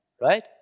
right